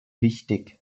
wichtig